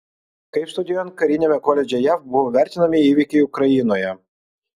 kaip studijuojant kariniame koledže jav buvo vertinami įvykiai ukrainoje